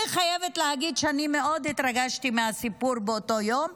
אני חייבת להגיד שאני מאוד התרגשתי מהסיפור באותו יום,